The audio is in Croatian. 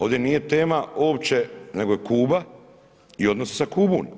Ovdje nije tema uopće nego je Kuba i odnosi sa Kubom.